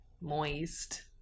moist